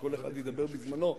שכל אחד ידבר בזמנו,